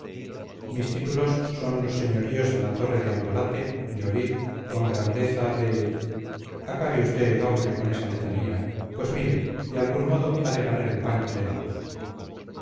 mis títulos son los señoríos de la torre de albalate de olid con grandeza de acabe usted hombre con esa letanía pues mire de algún modo ha de ganar el pan que le damos